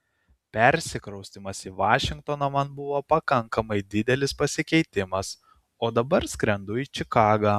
persikraustymas į vašingtoną man buvo pakankamai didelis pasikeitimas o dabar skrendu į čikagą